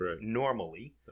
normally